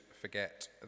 forget